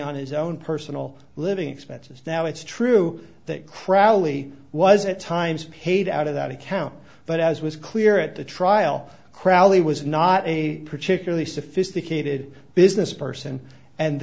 on his own personal living expenses now it's true that crowley was at times paid out of that account but as was clear at the trial crowley was not a particularly sophisticated business person and